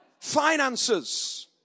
Finances